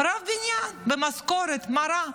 רב בניין במשכורת, מה רע?